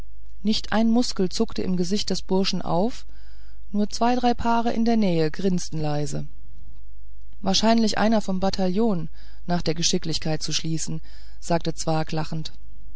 nicht ein muskel zuckte im gesicht des burschen auf nur zwei drei paare in der nähe grinsten leise wahrscheinlich einer vom bataillon nach der geschicklichkeit zu schließen sagte zwakh lachend